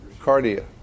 Cardia